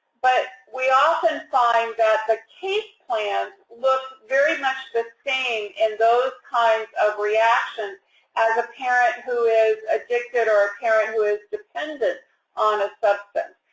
but we often find that the case plan looks very much the same in those kinds of reactions as a parent who is addicted or a parent who is dependent on a substance.